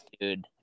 dude